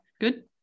good